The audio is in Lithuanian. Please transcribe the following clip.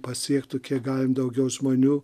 pasiektų kiek galima daugiau žmonių